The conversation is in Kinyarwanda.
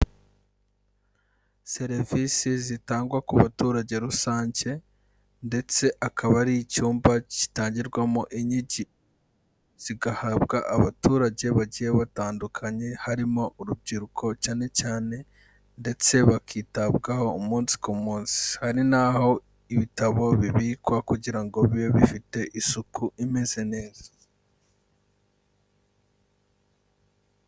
Serevisi zitangwa ku baturage rusange, ndetse akaba ari icyumba kitangirwamo inyigi, zigahabwa abaturage bagiye batandukanye harimo urubyiruko cyane cyane, ndetse bakitabwaho umunsi ku munsi, hari naho ibitabo bibikwa kugira ngo bibe bifite isuku imeze neza.